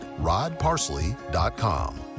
rodparsley.com